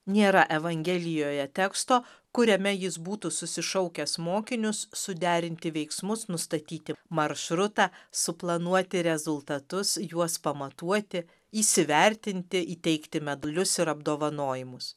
nėra evangelijoje teksto kuriame jis būtų susišaukęs mokinius suderinti veiksmus nustatyti maršrutą suplanuoti rezultatus juos pamatuoti įsivertinti įteikti medalius ir apdovanojimus